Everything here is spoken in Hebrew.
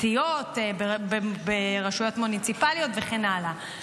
סיעות ברשויות מוניציפאליות וכן הלאה.